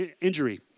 injury